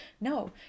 No